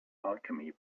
alchemy